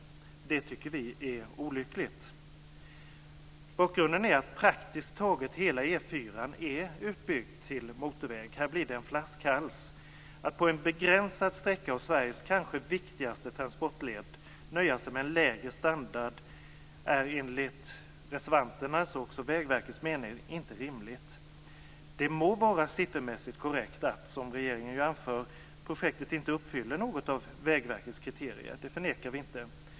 Det tycker vi är olyckligt. Bakgrunden är att praktiskt taget hela E 4:an är utbyggd till motorväg. Här blir det en flaskhals. Att på en begränsad sträcka av Sveriges kanske viktigaste transportled nöja sig med en lägre standard är enligt reservanternas och också Vägverkets mening inte rimligt. Det må vara siffermässigt korrekt, som regeringen anför, att projektet inte uppfyller något av Vägverkets kriterier. Det förnekar vi inte.